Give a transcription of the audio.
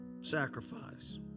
sacrifice